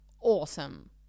awesome